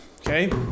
Okay